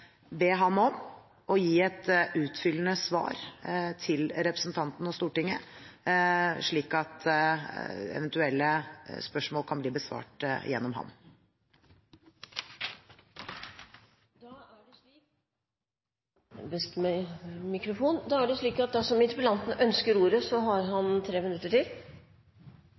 be ham om å gi et utfyllende svar til representanten og Stortinget, slik at eventuelle spørsmål kan bli besvart gjennom ham. Jeg vil si at det andre svaret fra finansministeren gledet meg enda mer enn det grundig forberedte svaret, fordi jeg tror at